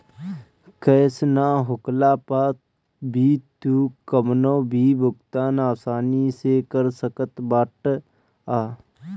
cash ना होखला पअ भी तू कवनो भी भुगतान आसानी से कर सकत बाटअ